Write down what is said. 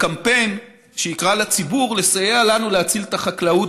בקמפיין שיקרא לציבור לסייע לנו להציל את החקלאות